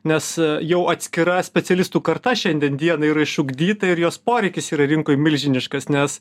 nes jau atskira specialistų karta šiandien dienai yra išugdyta ir jos poreikis yra rinkoj milžiniškas nes